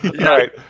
Right